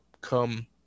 come